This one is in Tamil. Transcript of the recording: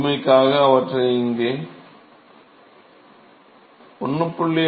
முழுமைக்காக அவற்றை இங்கே 1